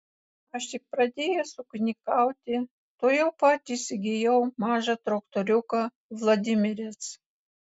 aš tik pradėjęs ūkininkauti tuojau pat įsigijau mažą traktoriuką vladimirec